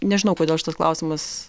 nežinau kodėl šitas klausimas